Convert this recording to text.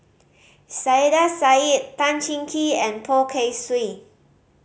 Saiedah Said Tan Cheng Kee and Poh Kay Swee